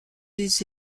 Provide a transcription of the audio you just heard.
des